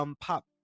pop